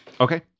Okay